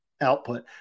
output